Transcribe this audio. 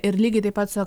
ir lygiai taip pat su